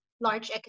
large